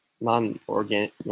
non-organic